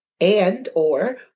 and/or